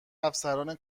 افسران